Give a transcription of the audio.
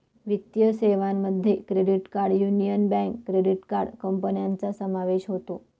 वित्तीय सेवांमध्ये credit card Union Bank credit card कंपन्यांचा समावेश होतो